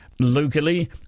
Locally